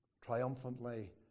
triumphantly